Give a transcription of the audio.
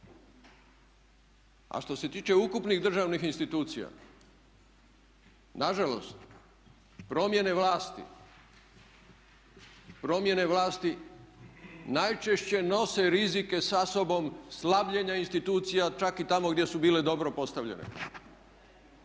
A što se tiče ukupnih državnih institucija na žalost promjene vlasti, promjene vlasti najčešće nose rizike sa sobom slabljenja institucija čak i tamo gdje su bile dobro postavljene.